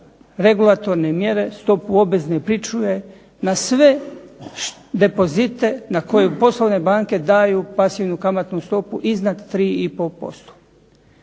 regulatorne mjere, stopu obvezne pričuve na sve depozite na koju poslovne banke daju pasivnu kamatnu stopu iznad 3